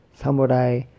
samurai